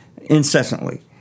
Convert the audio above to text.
incessantly